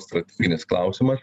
strateginis klausimas